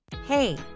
Hey